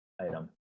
item